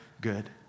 good